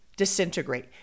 Disintegrate